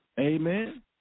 Amen